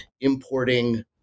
importing